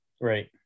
right